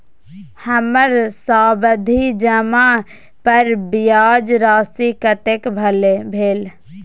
हमर सावधि जमा पर ब्याज राशि कतेक भेल?